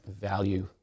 value